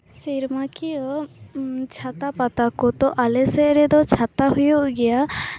ᱥᱮᱨᱢᱟᱠᱤᱭᱟᱹ ᱪᱷᱟᱛᱟ ᱯᱟᱛᱟ ᱠᱚᱫᱚ ᱟᱞᱮ ᱥᱮᱫ ᱨᱮᱫᱚ ᱪᱷᱟᱛᱟ ᱦᱩᱭᱩᱜ ᱜᱮᱭᱟ